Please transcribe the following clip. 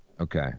Okay